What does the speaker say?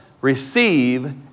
receive